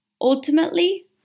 ultimately